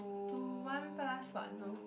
to one plus what no